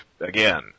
again